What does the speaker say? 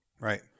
Right